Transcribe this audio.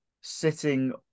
sitting